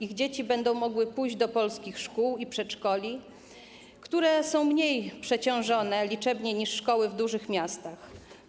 Ich dzieci będą mogły pójść do polskich szkół i przedszkoli, które są mniej przeciążone liczebnie niż szkoły w dużych miastach.